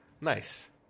Nice